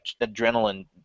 adrenaline